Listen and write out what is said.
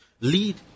lead